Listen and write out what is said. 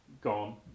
gone